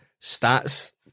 stats